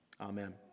Amen